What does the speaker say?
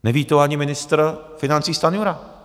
Neví to ani ministr financí Stanjura.